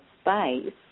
space